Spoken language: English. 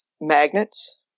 magnets